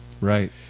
Right